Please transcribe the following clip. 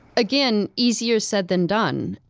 again, easier said than done.